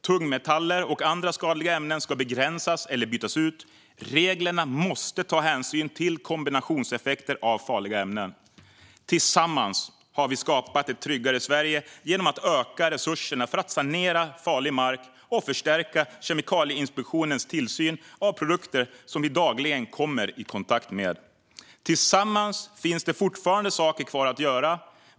Tungmetaller och andra skadliga ämnen ska begränsas eller bytas ut. Reglerna måste ta hänsyn till kombinationseffekter av farliga ämnen. Tillsammans har vi skapat ett tryggare Sverige genom att öka resurserna för att sanera farlig mark och förstärka Kemikalieinspektionens tillsyn av produkter som vi dagligen kommer i kontakt med. Det finns fortfarande saker kvar som vi tillsammans har att göra.